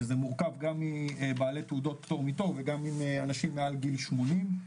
שזה מורכב גם מבעלי תעודות פטור מתור וגם מאנשים מעל גיל 80,